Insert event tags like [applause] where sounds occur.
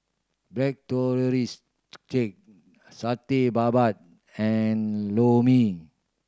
black [unintelligible] cake Satay Babat and Lor Mee